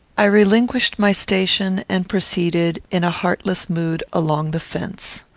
i relinquished my station, and proceeded, in a heartless mood, along the fence.